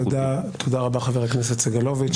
תודה רבה, חבר הכנסת סגלוביץ'.